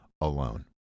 alone